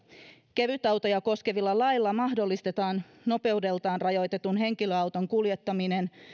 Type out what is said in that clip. kevytautoja koskevilla laeilla mahdollistetaan nopeudeltaan rajoitetun henkilöauton kuljettaminen